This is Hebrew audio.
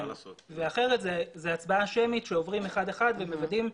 אחרת זו הצבעה שמית שעוברים אחד אחד ומוודאים,